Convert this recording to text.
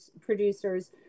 producer's